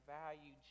value